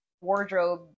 wardrobe